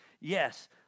Yes